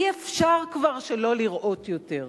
אי-אפשר כבר שלא לראות יותר,